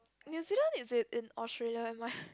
New Zealand is it in Australia am I